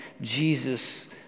Jesus